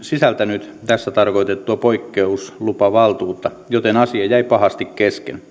sisältänyt tässä tarkoitettua poikkeuslupavaltuutta joten asia jäi pahasti kesken